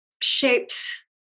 shapes